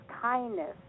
kindness